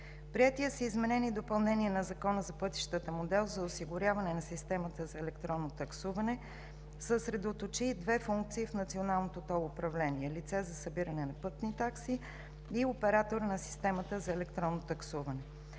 Приетият с изменение и допълнение на Закона за пътищата модел за осигуряване на системата за електронно таксуване съсредоточи две функции в националното тол управление – лице за събиране на пътни такси и оператор на системата за електронно таксуване.